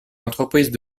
entreprises